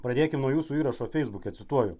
pradėkim nuo jūsų įrašo feisbuke cituoju